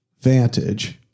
Vantage